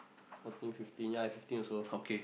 fourteen fifteen ya I fifteen also